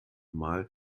mal